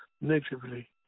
negatively